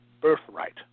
birthright